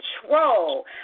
control